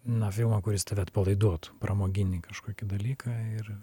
na filmą kuris tave atpalaiduotų pramoginį kažkokį dalyką ir